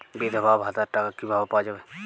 বিধবা ভাতার টাকা কিভাবে পাওয়া যাবে?